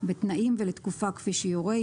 בתנאים ולתקופה כפי שיורה,